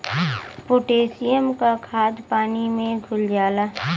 potassium क खाद पानी में घुल जाला